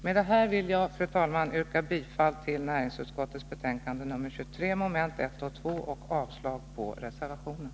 Med detta, fru talman, vill jag yrka bifall till båda momenten i näringsutskottets hemställan i betänkande nr 23 och avslag på reservationen.